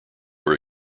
were